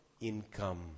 income